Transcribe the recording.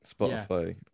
spotify